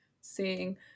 seeing